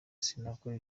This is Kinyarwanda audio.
sinakora